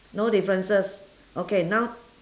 no differences okay now